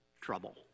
trouble